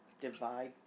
divide